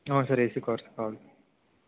అవును sir AC car కావాలి